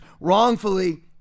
wrongfully